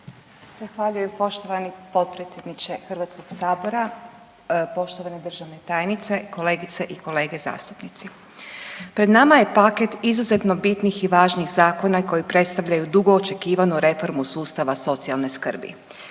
Zahvaljujem poštovani potpredsjedniče HS, poštovana državna tajnice, kolegice i kolege zastupnici. Pred nama je paket izuzetno bitnih i važnih zakona koji predstavljaju dugo očekivanu reformu sustava socijalne skrbi.